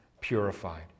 purified